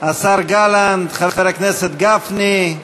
השר גלנט, חבר הכנסת גפני,